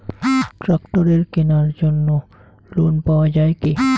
ট্রাক্টরের কেনার জন্য লোন পাওয়া যায় কি?